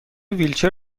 ویلچر